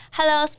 Hello